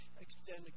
extend